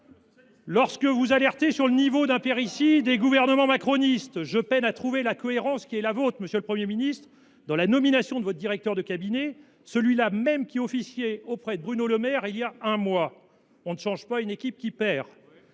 Lorsque vous nous alertez sur le niveau d’impéritie des gouvernements macronistes, je peine à trouver la cohérence qui est la vôtre, monsieur le Premier ministre, vous qui nommez comme directeur de cabinet celui là même qui officiait auprès de Bruno Le Maire voilà un mois. On ne change pas une équipe qui perd